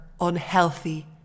unhealthy